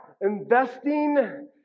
Investing